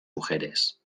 mujeres